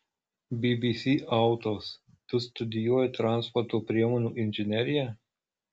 bbc autos tu studijuoji transporto priemonių inžineriją